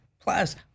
plus